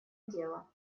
дела